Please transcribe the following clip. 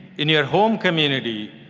in your home community,